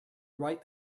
write